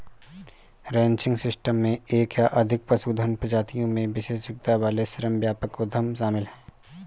ranching system में एक या अधिक पशुधन प्रजातियों में विशेषज्ञता वाले श्रम व्यापक उद्यम शामिल हैं